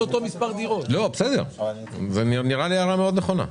זה נראה לי הערה מאוד נכונה.